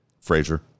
Frazier